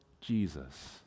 Jesus